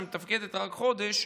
שמתפקדת רק חודש,